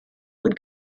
would